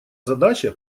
задача